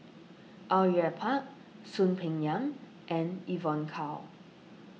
Au Yue Pak Soon Peng Yam and Evon Kow